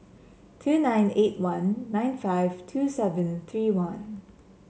two nine eight one nine five two seven three one